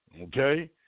okay